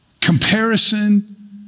Comparison